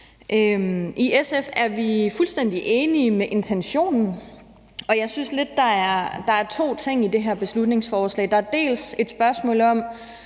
I SF er vi fuldstændig enige i intentionen. Jeg synes lidt, der er to ting i det her beslutningsforslag. Der er et spørgsmål om,